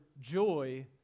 joy